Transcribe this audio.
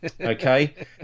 Okay